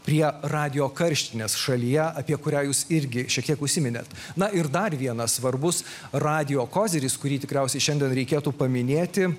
prie radijo karštinės šalyje apie kurią jūs irgi šiek tiek užsiminėt na ir dar vienas svarbus radijo koziris kurį tikriausiai šiandien reikėtų paminėti